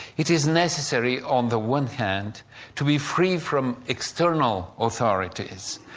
it is necessary on the one hand to be free from external authorities,